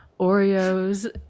Oreos